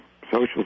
Social